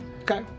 Okay